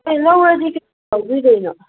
ꯑꯦ ꯂꯧꯔꯗꯤ ꯀꯩꯅꯣ